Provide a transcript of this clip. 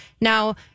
Now